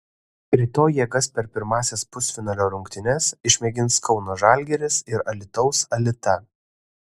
rytoj jėgas per pirmąsias pusfinalio rungtynes išmėgins kauno žalgiris ir alytaus alita